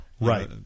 Right